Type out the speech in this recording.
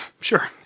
Sure